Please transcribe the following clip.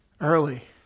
Early